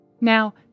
Now